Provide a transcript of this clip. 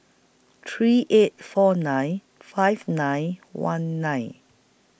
three eight four nine five nine one nine